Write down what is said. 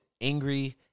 angry